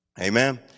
Amen